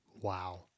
wow